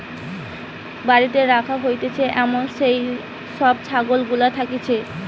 বাড়িতে রাখা হতিছে এমন যেই সব ছাগল গুলা থাকতিছে